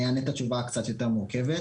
אני אענה את התשובה הקצת יותר מורכבת.